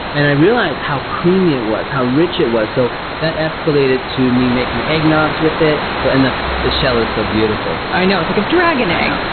and i realized how creamy it was, how rich it was, so that escalated to me making eggnogs with it. so and the the shell is so beautiful. i know, it's like a dragon egg!